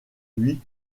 lui